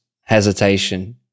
hesitation